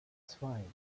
zwei